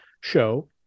show